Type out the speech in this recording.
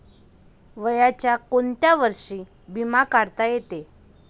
वयाच्या कोंत्या वर्षी बिमा काढता येते?